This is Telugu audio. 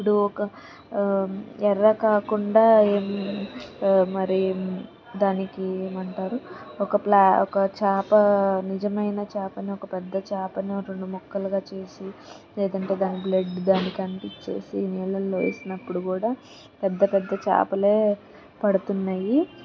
ఇప్పుడు ఒక ఎర కాకుండా మరీ దానికి ఏం అంటారు ఒక ప్ల ఒక చేప నిజమైన చేపని ఒక పెద్ద చేపని ఒక రెండు ముక్కలుగా చేసి లేదంటే దాని బ్లడ్ దానికి అంటించేసి నీళ్ళల్లో వేసినప్పుడు కూడా పెద్ద పెద్ద చేపలే పడుతున్నాయి